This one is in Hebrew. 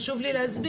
חשוב לי להסביר.